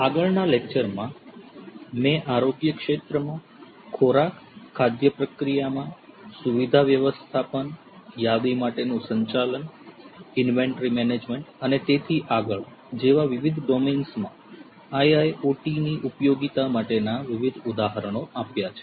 આગળના લેક્ચરમાં મેં આરોગ્ય ક્ષેત્રમાં ખોરાક ખાદ્ય પ્રક્રિયામાં સુવિધા વ્યવસ્થાપન યાદી માટેનું સંચાલન ઇન્વેન્ટરી મેનેજમેન્ટ અને તેથી આગળ જેવા વિવિધ ડોમેન્સ માં IIOT ની ઉપયોગીતા માટેના વિવિધ ઉદાહરણો આપ્યા છે